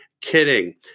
Kidding